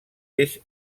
eix